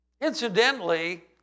Incidentally